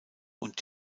und